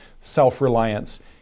self-reliance